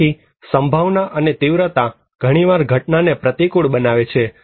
તેથી સંભાવના અને તીવ્રતા ઘણીવાર ઘટનાને પ્રતિકૂળ બનાવે છે